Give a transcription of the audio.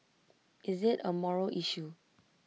is IT A moral issue